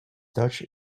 dutch